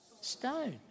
Stone